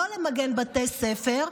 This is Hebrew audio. לא למגן בתי ספר,